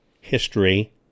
history